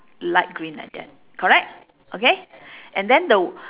light green like that correct okay and then the